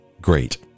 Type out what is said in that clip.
great